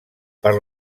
per